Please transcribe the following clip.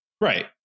Right